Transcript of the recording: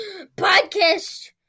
Podcast